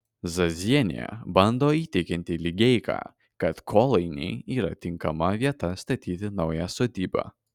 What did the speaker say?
zazienė bando įtikinti ligeiką kad kolainiai yra tinkama vieta statyti naują sodybą